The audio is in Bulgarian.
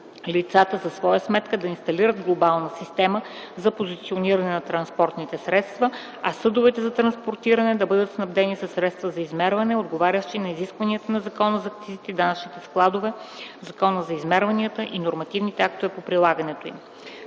лицата за своя сметка да инсталират глобална система за позициониране на транспортните средства, а съдовете за транспортиране да бъдат снабдени със средства за измерване, отговарящи на изискванията на Закона за акцизите и данъчните складове, Закона за измерванията и нормативните актове по прилагането им.